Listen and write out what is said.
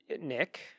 Nick